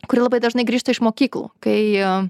kuri labai dažnai grįžta iš mokyklų kai